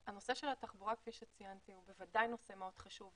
נושא התחבורה הוא בוודאי נושא מאוד חשוב,